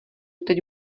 teď